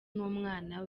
n’umwana